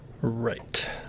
Right